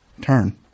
turn